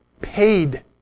paid